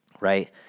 right